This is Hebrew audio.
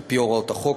על-פי הוראות החוק,